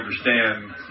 understand